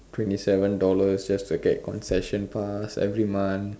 twenty seven dollars just to get concession pass every month